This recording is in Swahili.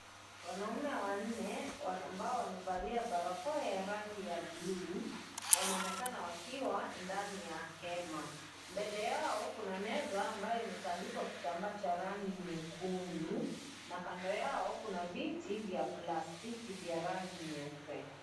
Wanaume wanne ambao wamevalia barakoa ya rangi ya blu wanaonekana wakiwa ndani ya hema . Mbele yao kuna meza ambayo imetandikwa kitambaa cha rangi nyekundu na kando yao kuna viti vya plastiki vya rangi nyeupe.